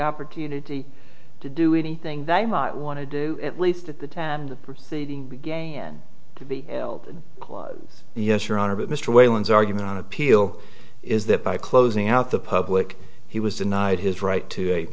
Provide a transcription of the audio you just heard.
opportunity to do anything they might want to do at least at the time the proceeding began to be held yes your honor but mr whalen's argument on appeal is that by closing out the public he was denied his right to a